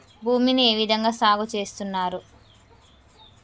భూమిని ఏ విధంగా సాగు చేస్తున్నారు?